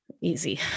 easy